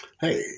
Hey